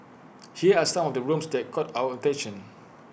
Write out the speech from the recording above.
here are some of the rooms that caught our attention